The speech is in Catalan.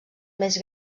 més